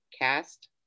cast